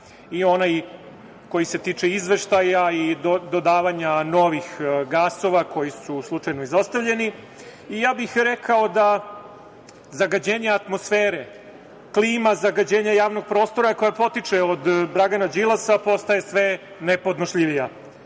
i onaj koji se tiče izveštaja i dodavanja novih gasova koji su slučajno izostavljeni. Rekao bih da zagađenje atmosfere, klima, zagađenje javnog prostora koje potiče od Dragana Đilasa postaje sve nepodnošljivija.U